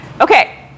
Okay